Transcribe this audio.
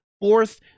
Fourth